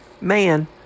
man